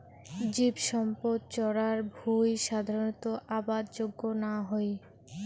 জীবসম্পদ চরার ভুঁই সাধারণত আবাদ যোগ্য না হই